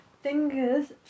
fingers